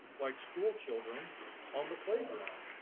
like schoolchildren on the playground.